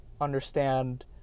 understand